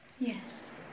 Yes